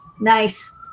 Nice